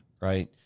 right